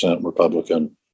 Republican